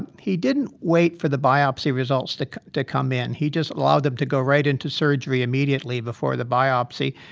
and he didn't wait for the biopsy results to to come in. he just allowed them to go right into surgery immediately before the biopsy,